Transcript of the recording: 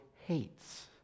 hates